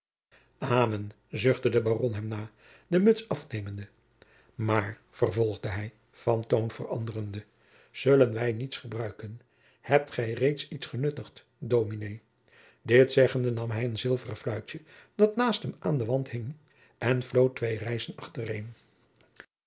amen zuchtte de baron hem na de muts afnemende maar vervolgde hij van toon veranderende zullen wij niets gebruiken hebt gij reeds iets genuttigd dominé dit zeggende nam hij een zilveren fluitje dat naast hem aan den wand hing en floot twee reizen achtereen